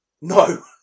No